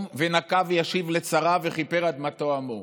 ונקם וישיב לצריו וְכִפֶּר אדמתו עמו".